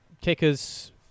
Kickers